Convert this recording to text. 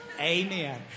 amen